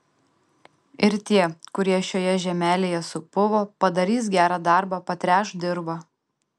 ir tie kurie šioje žemelėje supuvo padarys gerą darbą patręš dirvą